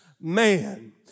man